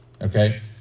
Okay